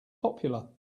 popular